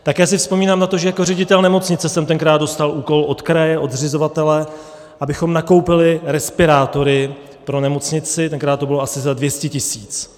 Také si vzpomínám na to, že jako ředitel nemocnice jsem tenkrát dostal úkol od kraje, od zřizovatele, abychom nakoupili respirátory pro nemocnici, tenkrát to bylo asi za 200 tisíc.